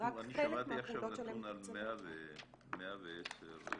אני שמעתי עכשיו נתון על 110 רשויות.